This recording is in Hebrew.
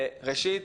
ראשית,